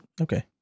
Okay